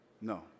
No